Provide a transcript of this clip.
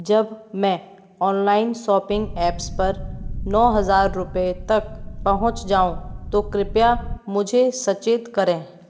जब मैं online shopping apps पर नौ हज़ार रुपये तक पहुँच जाऊँ तो कृपया मुझे सचेत करें